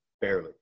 Barely